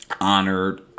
honored